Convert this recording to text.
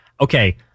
okay